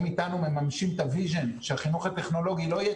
הם איתנו מממשים את החזון שהחינוך הטכנולוגי לא יהיה